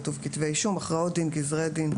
כתוב: כתבי אישום, הכרעות דין, גזרי דין,